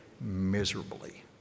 miserably